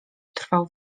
trwał